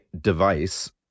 device